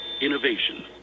Innovation